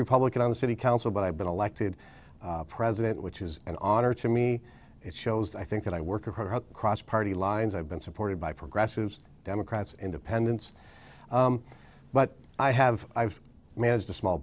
republican on the city council but i've been elected president which is an honor to me it shows i think that i work with her across party lines i've been supported by progressive democrats independents but i have i've made as a small